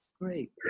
Great